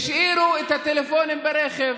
הם השאירו את הטלפונים ברכב,